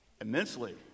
immensely